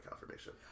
confirmation